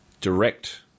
direct